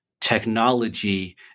technology